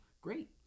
Great